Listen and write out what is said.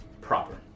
proper